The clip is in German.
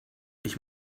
ich